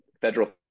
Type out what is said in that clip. federal